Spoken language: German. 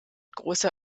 großer